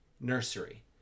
nursery